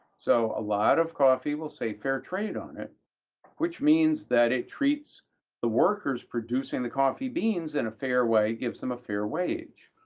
so a lot of coffee will say fairtrade on it which means that it treats the workers producing the coffee beans in and a fair way, gives them a fair wage.